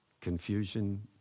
confusion